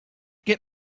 get